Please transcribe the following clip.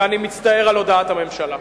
שאני מצטער על הודעת הממשלה.